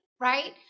right